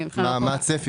מה הצפי?